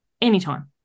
anytime